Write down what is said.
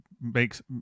makes